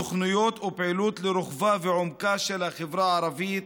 תוכניות ופעילות לרוחבה ולעומקה של החברה הערבית,